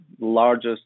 largest